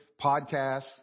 podcasts